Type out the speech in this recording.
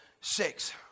six